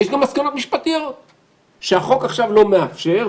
מסקנות משפטיות שהחוק לא מאפשר,